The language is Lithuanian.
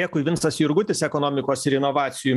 dėkui vincas jurgutis ekonomikos ir inovacijų